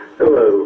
Hello